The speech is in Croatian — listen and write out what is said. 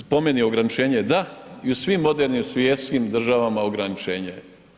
Po meni ograničenje da i u svim modernim svjetskim državama ograničenje.